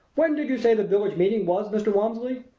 when did you say the village meeting was, mr. walmsley?